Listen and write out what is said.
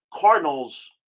Cardinals